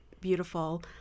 beautiful